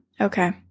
Okay